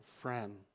friend